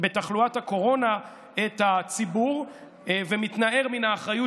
בתחלואת הקורונה את הציבור ומתנער מן האחריות,